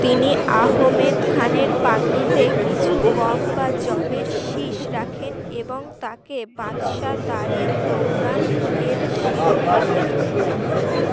তিনি আহমেদ খানের পাগড়িতে কিছু গম বা যবের শিষ রাখেন এবং তাকে বাচ্শাদারি দৌড়ান এর শিরোপা দেন